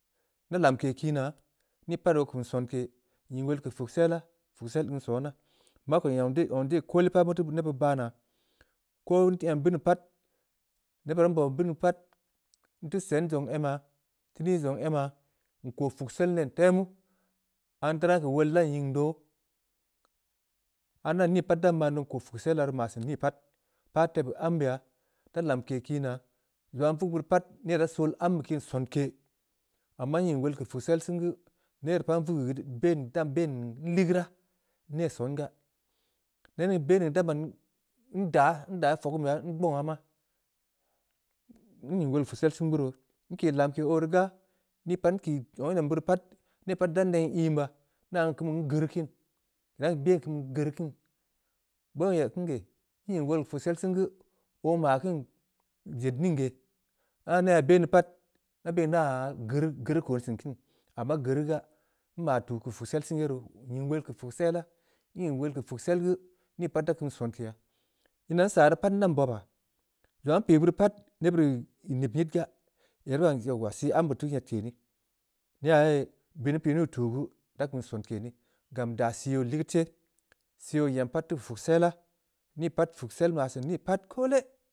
Nda lamke kiinaa, nii pat oo kum sonke, nying wol keu puksella, puksel in sona. mak yamde-yamde koole. beu teu neb beud baa naa, koo nteu em bini pat, neb bura nbob beu bini pat, nteu sen zong emah, nteu ni zong emah, nko puksel nen temu, aah ndaran keu wol dan nying doo, aah nda ran ni man do, nko puksela rii nou kap. nap tebeu ambe beya, nda lamke kii naa. zong aah nvug beurii pat, ne da sol ambe kiin sonke, amma nying wol keu puksel sen geu, ne re pat nvg geu dan ben nligeuraa. nneh songaa, da ben ni geu dan ban ndah fogu beya, ngbongha maa, nying woll keu puksel sen gu roo, nki lamke oo rii gaa. nii pat zong aah nyem beuri pat maan de pat dan nen iin baa, nda ban ngeureu kini, idan ben keun beu ngeurii kini, beuo n'eg beun geh, nying wol keu puksel sen geu, oo maa beun jed ning geh, aah neyha ben deu pat, nda ben nem yaa geuri-geri kon seun kini, amma geuri ga, nmaa tuu keu puksel sen ye roo, nying wol keu puksella. nying wol keu puksel gu, ni pat da kum sonkeya. ina nsaa rii pat ndan bobaa. zong aah npii beurii pat neb beud ii nib nyid gaa, ii rii ban yawwa! Sii ambe teu nyeke ni, neyha ye bini pi niu tuu yi gu, da kum sonke ni, gam daa sii oo ligid seh, sii oo nyam pat teu keu puksela, nii pat puksel maa siin ni pat koole.